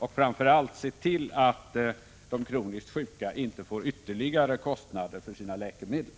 Se framför allt till att de kroniskt sjuka inte får ytterligare kostnader för sina läkemedel!